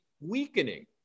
weakening